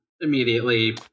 immediately